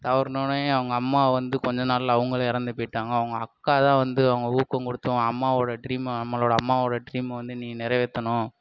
தவறுனோடனே அவங்க அம்மா வந்து கொஞ்சம் நாளில் அவங்களும் இறந்து போயிட்டாங்க அவங்க அக்கா தான் வந்து அவங்க ஊக்கம் கொடுத்தும் அவன் அம்மாவோட ட்ரீமை நம்மளோடய அம்மாவோடய ட்ரீமை வந்து நீ நிறவேத்தணும்